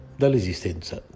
dall'esistenza